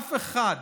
אף אחד,